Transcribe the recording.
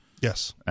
Yes